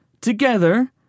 together